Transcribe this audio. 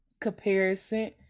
Comparison